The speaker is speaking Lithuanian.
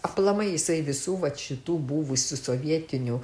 aplamai jisai visų vat šitų buvusių sovietinių